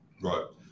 Right